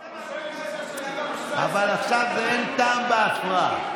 אני שואל אם זה מה, אבל עכשיו אין טעם בהפרעה.